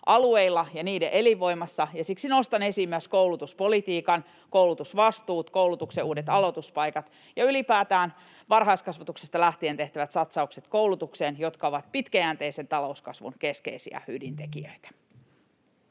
alueilla ja niiden elinvoimasta, ja siksi nostan esiin myös koulutuspolitiikan, koulutusvastuut, koulutuksen uudet aloituspaikat ja ylipäätään varhaiskasvatuksesta lähtien tehtävät satsaukset koulutukseen, jotka ovat pitkäjänteisen talouskasvun keskeisiä ydintekijöitä.